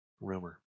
rumor